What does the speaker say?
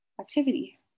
activity